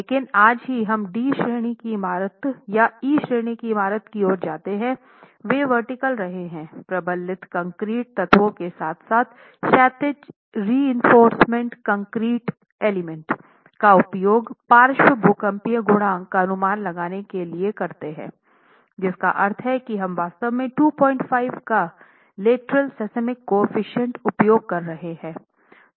लेकिन जैसे ही हम डी श्रेणी की इमारत या ई श्रेणी की इमारत की ओर जाते हैं वे वर्टीकल रहे हैं प्रबलित कंक्रीट तत्वों के साथ साथ क्षैतिज रीइंफोर्स्ड कंक्रीट एलिमेंट का उपयोग पार्श्व भूकंपीय गुणांक का अनुमान लगाने के लिए करते हैं जिसका अर्थ है की हम वास्तव में 25 का लेटरल सिस्मिक केफीसिएंट उपयोग कर रहे हैं